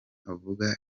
avuga